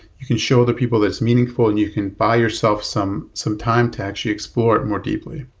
you can show other people that's meaningful and you can buy yourself some some time to actually explore it more deeply.